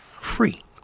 free